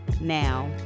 Now